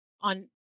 on